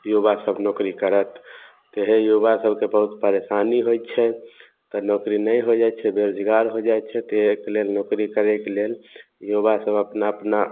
युवा सब नौकरी करत तऽ इएहे युवा सबके बहुत परेशानी होइ छै तऽ नौकरी नहि हो जाइ छै बेरोजगार हो जाइ छै तैं अइके लेल नौकरी करयके लेल युवा सब अपना अपना